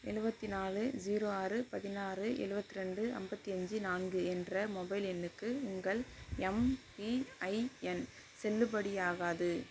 ஏழுபத்தி நாலு ஜீரோ ஆறு பதினாறு ஏழுபத் ரெண்டு ஐம்பத்தி அஞ்சு நான்கு என்ற மொபைல் எண்ணுக்கு உங்கள் எம்பிஐஎன் செல்லுபடியாகாது